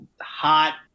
hot